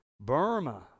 Burma